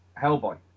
Hellboy